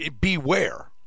Beware